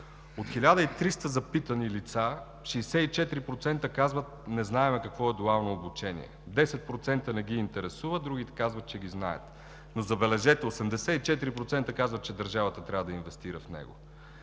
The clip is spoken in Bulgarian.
От 1300 запитани лица 64% казват: „Не знаем какво е дуално обучение“, 10% – не ги интересува, другите казват, че ги знаят, но, забележете, 84% казват, че държавата трябва да инвестира в него.